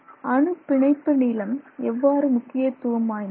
அணுப் பிணைப்பு நீளம் எவ்வாறு முக்கியத்துவம் வாய்ந்தது